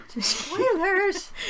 Spoilers